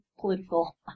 political